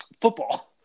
football